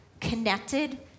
connected